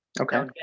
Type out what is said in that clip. Okay